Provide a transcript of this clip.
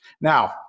Now